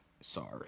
sorry